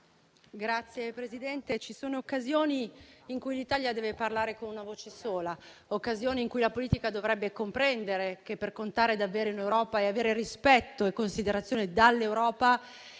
Signor Presidente, ci sono occasioni in cui l'Italia deve parlare con una voce sola, occasioni in cui la politica dovrebbe comprendere che, per contare davvero in Europa e avere rispetto e considerazione dall'Europa,